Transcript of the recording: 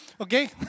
okay